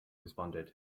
responded